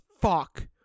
fuck